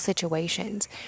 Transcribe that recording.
situations